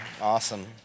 Awesome